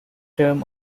term